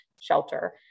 shelter